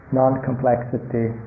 non-complexity